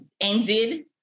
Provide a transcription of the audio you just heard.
ended